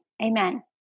Amen